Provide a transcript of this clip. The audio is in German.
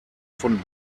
von